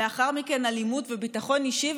לאחר מכן אלימות וביטחון אישי,